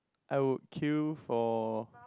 I would queue for